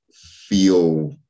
feel